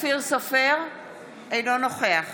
אינו נוכח